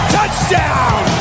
Touchdown